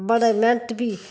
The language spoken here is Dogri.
बडी मैह्नत भी